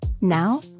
Now